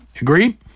Agree